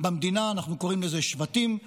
במדינה אנחנו קוראים לזה שבטים,